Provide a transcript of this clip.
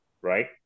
right